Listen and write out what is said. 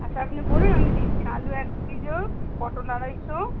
আচ্ছা আপনি বলুন আমি লিখছি আলু এক কিলো পটল আড়াইশো